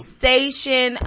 station